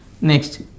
next